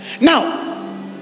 Now